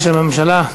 בשם הממשלה,